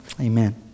Amen